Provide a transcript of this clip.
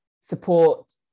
support